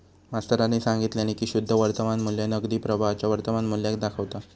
मास्तरानी सांगितल्यानी की शुद्ध वर्तमान मू्ल्य नगदी प्रवाहाच्या वर्तमान मुल्याक दाखवता